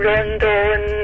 London